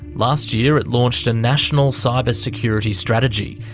last year it launched a national cyber security strategy,